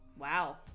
Wow